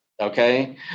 Okay